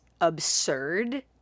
absurd